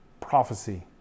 prophecy